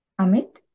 Amit